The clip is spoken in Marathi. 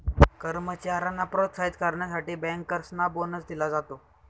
कर्मचाऱ्यांना प्रोत्साहित करण्यासाठी बँकर्सना बोनस दिला जातो